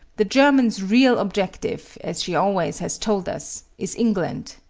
the german's real objective, as she always has told us, is england,